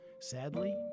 Sadly